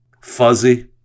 fuzzy